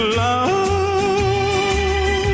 love